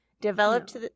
developed